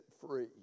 free